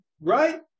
right